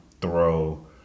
throw